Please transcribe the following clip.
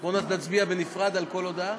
בוא ונצביע בנפרד על כל הודעה.